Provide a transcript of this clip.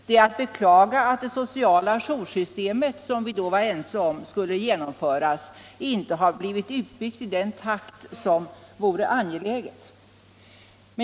Det är att beklaga att det soctala joursystemet, som vi vid lagens antagande var ense om skulle genomföras, inte har blivit utbyggt i den takt som vorce angeläget.